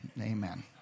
Amen